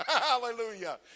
Hallelujah